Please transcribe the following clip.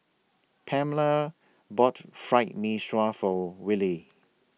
Pamela bought Fried Mee Sua For Wiley